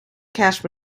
cash